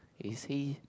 is he